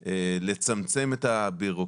אין לי ספק שיושם דגש על עולמות של טיפול